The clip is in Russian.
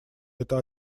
это